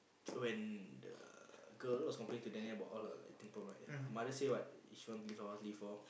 when the girl was complaining to them about all her that thing problem right the mother said what she don't believe leave lor